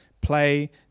play